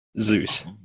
Zeus